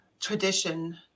tradition